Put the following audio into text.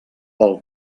pel